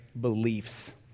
beliefs